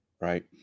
right